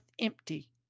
empty